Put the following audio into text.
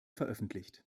veröffentlicht